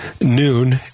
noon